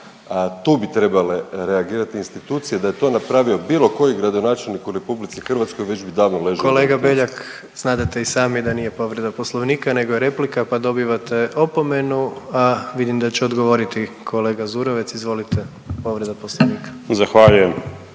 Tu bi trebale reagirati institucije. Da je to napravio bilo koji gradonačelnik u Republici Hrvatskoj već bi davno ležao u buksi. **Jandroković, Gordan (HDZ)** Kolega Beljak, znadete i sami da nije povreda Poslovnika, nego je replika pa dobivate opomenu, a vidim da će odgovoriti kolega Zurovec. Izvolite, povreda Poslovnika. **Zurovec,